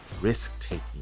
risk-taking